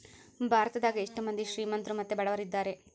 ಭಾರತದಗ ಎಷ್ಟ ಮಂದಿ ಶ್ರೀಮಂತ್ರು ಮತ್ತೆ ಬಡವರಿದ್ದಾರೆ?